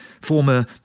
Former